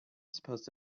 supposed